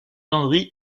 landry